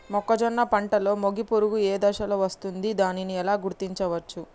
మొక్కజొన్న పంటలో మొగి పురుగు ఏ దశలో వస్తుంది? దానిని ఎలా గుర్తించవచ్చు?